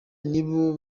nibo